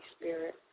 Spirit